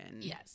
Yes